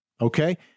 okay